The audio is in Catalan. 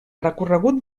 recorregut